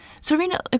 Serena